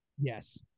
Yes